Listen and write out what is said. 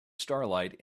starlight